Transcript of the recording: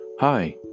Hi